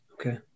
Okay